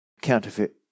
counterfeit